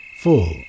full